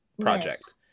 project